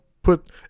Put